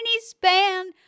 span